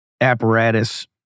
apparatus